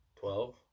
twelve